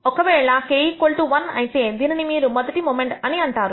ఒకవేళ k1 అయితే దీనిని మీరు మొదటి మొమెంట్ అని అంటారు